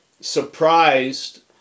surprised